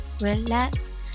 relax